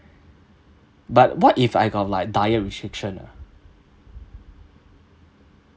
but what if I got like diet restriction ah